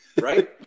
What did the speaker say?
Right